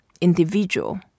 individual